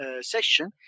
session